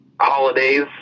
Holidays